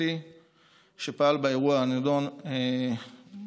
הצרפתי שפעל באירוע הנדון במחולה?